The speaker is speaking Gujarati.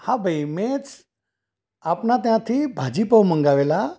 હા ભાઈ મેં સ આપના ત્યાથી ભાજીપાઉં મગાવેલાં